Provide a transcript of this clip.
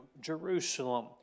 Jerusalem